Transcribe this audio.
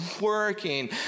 working